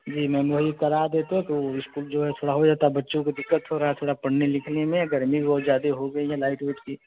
जी ma'am वही करा देते तो इस्कूल जो है थोड़ा हो जाता बच्चों को दिक़्क़त हो रही है थोड़ा पढ़ने लिखने में गर्मी बहुत ज़्यादा हो गई है लाइट उइट की